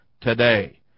today